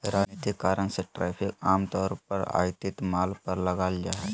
राजनीतिक कारण से टैरिफ आम तौर पर आयातित माल पर लगाल जा हइ